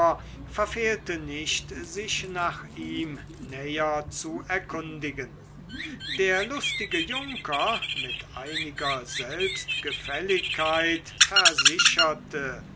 verfehlte nicht sich nach ihm näher zu erkundigen der lustige junker mit einiger selbstgefälligkeit versicherte